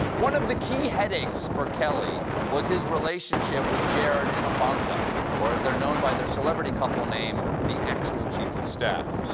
one of the key headaches for kelly was his relationship with jared and ivanka or as they're known by their celebrity couple name, the actual chief of staff.